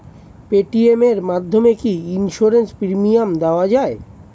Paytm এর মাধ্যমে কি ইন্সুরেন্স প্রিমিয়াম দেওয়া যায়?